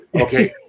okay